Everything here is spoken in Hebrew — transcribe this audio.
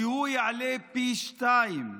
שהוא יעלה פי שניים.